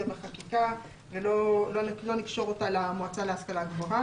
בחקיקה ולא נקשור אותה למועצה להשכלה גבוהה.